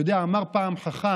אתה יודע, אמר פעם חכם: